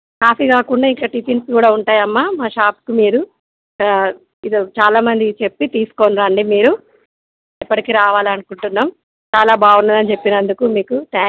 coffee గాకుండా ఇంకా tiffins గూడా ఉంటాయమ్మా మా షాప్కి మీరు ఇక చాలా మందికి చెప్పి తీసుకుని రండి మీరు ఎప్పటికీ రావాలి అనుకుంటున్నాము చాలా బాగుంది అని చెప్పినందుకు మీకు థ్యాంక్స్